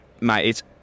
mate